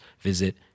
visit